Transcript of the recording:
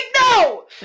no